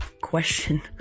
question